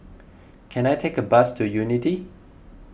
can I take a bus to Unity